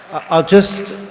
i'll just,